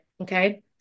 Okay